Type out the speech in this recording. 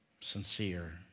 sincere